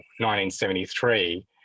1973